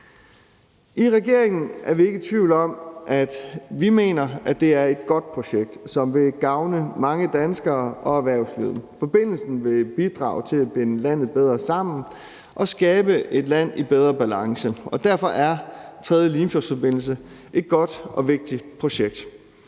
I regeringen er vi ikke i tvivl om, at vi mener, at det er et godt projekt, som vil gavne mange danskere og erhvervslivet. Forbindelsen vil bidrage til at binde landet bedre sammen og skabe et land i en bedre balance. Derfor er Den 3. Limfjordsforbindelse et godt og vigtigt projekt.